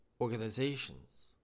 organizations